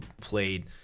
played